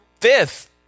fifth